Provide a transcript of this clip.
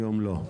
היום לא.